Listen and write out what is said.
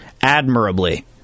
admirably